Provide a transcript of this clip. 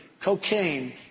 Cocaine